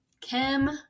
Kim